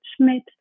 Schmidt